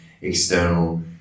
external